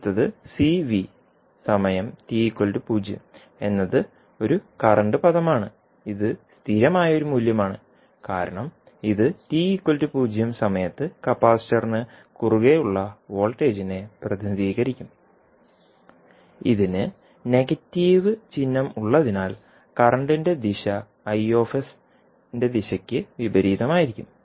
അടുത്തത് CV സമയം t 0 എന്നത് ഒരു കറന്റ് പദമാണ് ഇത് സ്ഥിരമായ ഒരു മൂല്യമാണ് കാരണം ഇത് t0 സമയത്ത് കപ്പാസിറ്ററിന് കുറുകെ ഉള്ള വോൾട്ടേജിനെ പ്രതിനിധീകരിക്കും ഇതിന് നെഗറ്റീവ് ചിഹ്നമുള്ളതിനാൽ കറൻറിൻറെ ദിശ ദിശയ്ക്ക് വിപരീതമായിരിക്കും